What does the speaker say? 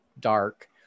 dark